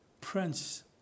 prince